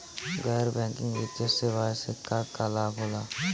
गैर बैंकिंग वित्तीय सेवाएं से का का लाभ होला?